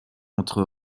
entre